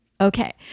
Okay